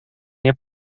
nie